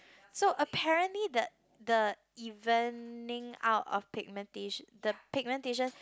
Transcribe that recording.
so apparently the the evening out of pigmenta~ the pigmentation